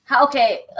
Okay